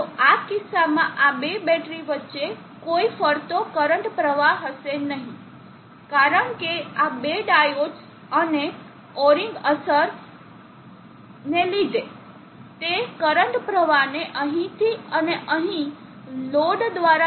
તોઆ કિસ્સામાં આ બે બેટરી વચ્ચે કોઈ ફરતો કરંટ પ્રવાહ રહેશે નહીં કારણ કે આ બે ડાયોડ્સ અને ઓરિંગ અસર ને લીધે તે કરંટ પ્રવાહને અહીંથી અને અહીં લોડ દ્વારા જવાની કોશિશ કરશે